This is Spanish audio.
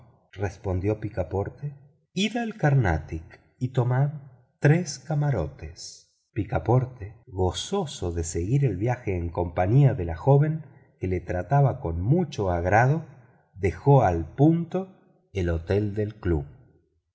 respondió picaporte id al carnatic y tomad tres camarotes picaporte gozoso de seguir el viaje en compañía de la joven que lo trataba con mucho agrado dejó al punto el hotel del club